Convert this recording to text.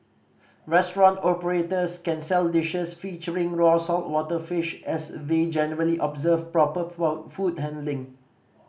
restaurant operators can sell dishes featuring raw saltwater fish as we generally observe proper food handling